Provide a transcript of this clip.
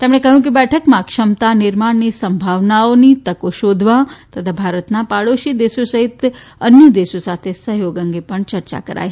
તેમણે કહ્યું કે બેઠકમાં ક્ષમતા નિર્માણની સંભાવનાઓ તકો શોધવા તથા ભારતના પાડોશી દેશો સહિત અન્ય દેશો સાથે સહયોગ અંગે પણ ચર્ચા કરાઇ